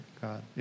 God